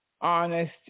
honest